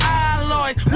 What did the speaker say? alloys